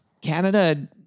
canada